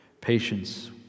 Patience